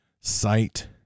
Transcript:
sight